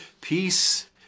peace